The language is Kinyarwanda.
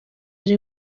ari